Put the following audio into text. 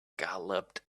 galloped